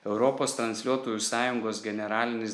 europos transliuotojų sąjungos generalinis